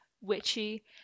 witchy